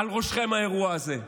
על ראשכם האירוע הזה,